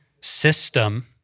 system